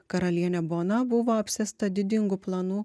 karalienė bona buvo apsėsta didingų planų